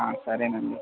సరేనండి